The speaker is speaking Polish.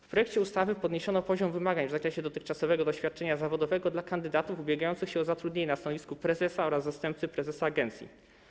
W projekcie ustawy podniesiono poziom wymagań w zakresie dotychczasowego doświadczenia zawodowego dla kandydatów ubiegających się o zatrudnienie na stanowisku prezesa oraz zastępcy prezesa agencji.